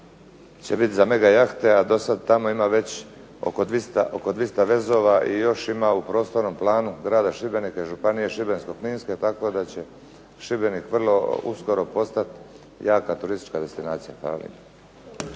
će biti za mega jahte, a dosad tamo ima već oko 200 vezova i još ima u prostornom planu grada Šibenika i županije šibensko-kninske tako da će Šibenik vrlo uskoro postati jaka turistička destinacija. Hvala